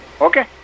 okay